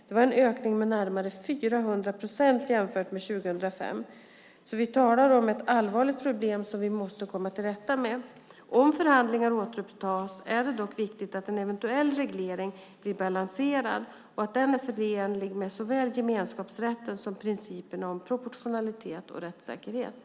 Det var en ökning med närmare 400 procent jämfört med år 2005. Vi talar alltså om ett allvarligt problem som vi måste komma till rätta med. Om förhandlingar återupptas är det dock viktigt att en eventuell reglering blir balanserad och att den är förenlig med såväl gemenskapsrätten som principerna om proportionalitet och rättssäkerhet.